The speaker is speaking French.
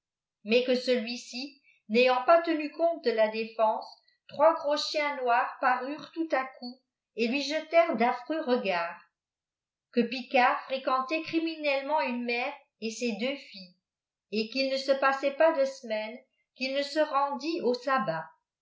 mai que ealwi n'afant pas teuhicoiiyt de la défense trois gros chiens noirs paniric mmk coup el lui jetèreut d affreux regards que picard fréquentait crimineuement une nièreifa ses deux fihes et qu'il ne e passait pas de semaine qumi ne se rendit au sabbat